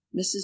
Mrs